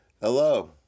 Hello